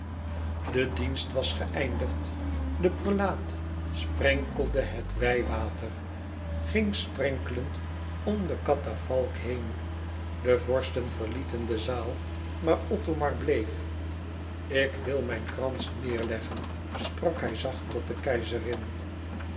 de dienst was geëindigd de prelaat sprenkelde het wijwater ging sprenkelend om de katafalk heen de vorsten verlieten de zaal maar othomar bleef ik wil mijn krans neêrleggen sprak hij zacht tot de keizerin